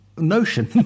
notion